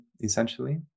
essentially